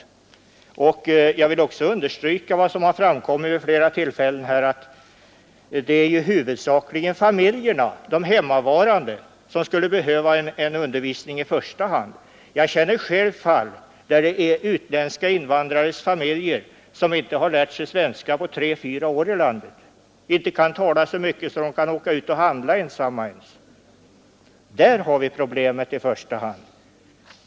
5 december: 1972 Jag vill också understryka vad som har framkommit här vid flera tillfällen, nämligen att det huvudsakligen är familjerna, de hemmavarande, som skulle behöva undervisning i första hand. Jag känner själv till fall där invandrares familjer ännu efter tre fyra år i landet inte ens har lärt sig så mycket svenska att de kan åka ut och handla ensamma. Där har vi problemet i första hand.